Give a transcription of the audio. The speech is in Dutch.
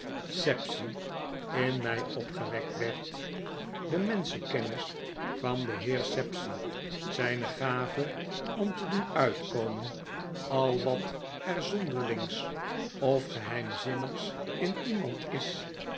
sapsea in mij opgewekt werd de menschenkennis van den heer sapsea zijne gave om te doen uitkomen al wat er zonderlings of geheimzinnigs in iemand is